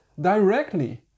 directly